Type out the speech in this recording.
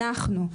אנחנו,